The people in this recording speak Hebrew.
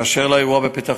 באשר לאירוע בפתח-תקווה,